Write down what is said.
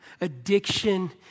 addiction